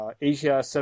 Asia